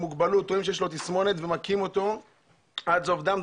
מוגבלות שרואים שיש לו תסמונת והיכו אותו עד זוב דם.